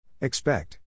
Expect